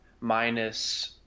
minus